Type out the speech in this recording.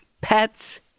pets